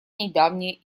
недавнее